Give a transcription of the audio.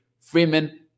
Freeman